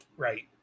Right